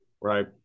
Right